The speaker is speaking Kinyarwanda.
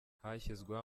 hashyizweho